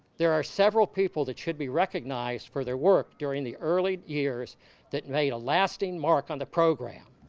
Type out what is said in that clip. there are several people that should be recognized for their work during the early years that made a lasting mark on the program.